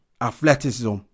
Athleticism